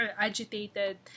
agitated